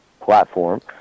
platform